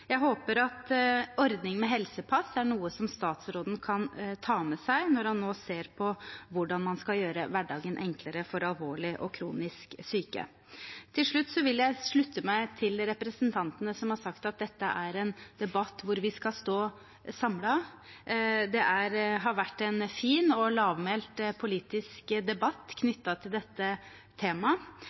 Jeg håper at en ordning med helsepass er noe som statsråden kan ta med seg når han nå ser på hvordan man skal gjøre hverdagen enklere for alvorlig og kronisk syke. Til slutt vil jeg slutte meg til representantene som har sagt at dette er en debatt hvor vi skal stå samlet. Det har vært en fin og lavmælt politisk debatt knyttet til dette temaet,